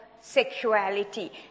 sexuality